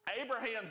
Abraham's